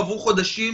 עברו חודשים,